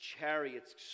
chariots